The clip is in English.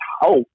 hope